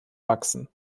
wachsen